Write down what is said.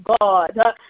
God